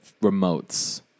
remotes